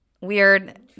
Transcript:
weird